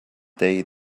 day